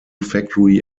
factory